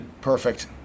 Perfect